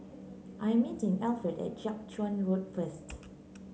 I'm meeting Alfred at Jiak Chuan Road first